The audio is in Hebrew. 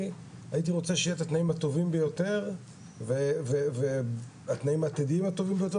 הייתי רוצה שיהיו התנאים הטובים ביותר והתנאים העתידיים הטובים ביותר,